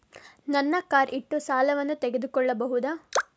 ನನ್ನ ಕಾರ್ ಇಟ್ಟು ಸಾಲವನ್ನು ತಗೋಳ್ಬಹುದಾ?